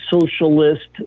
socialist